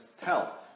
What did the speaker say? Tell